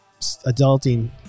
Adulting